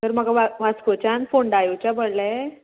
तर म्हाका वा वास्कोच्यान फोंडा येवचें पडलें